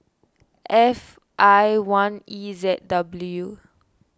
F I one E Z W